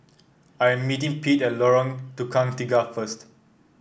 I am meeting Pete Lorong Tukang Tiga first